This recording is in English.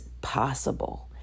possible